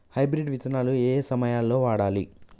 Hybrid విత్తనాలు ఏయే సమయాల్లో వాడాలి?